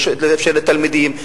לאפשר לתלמידים,